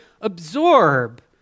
absorb